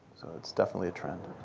it's definitely a trend.